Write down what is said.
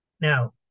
Now